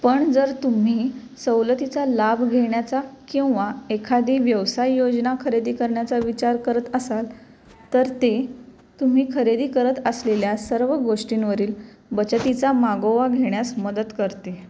पण जर तुम्ही सवलतीचा लाभ घेण्याचा किंवा एखादी व्यवसाय योजना खरेदी करण्याचा विचार करत असाल तर ते तुम्ही खरेदी करत असलेल्या सर्व गोष्टींवरील बचतीचा मागोवा घेण्यास मदत करते